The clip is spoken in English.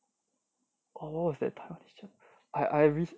oh what's that taiwanese